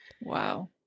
Wow